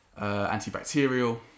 antibacterial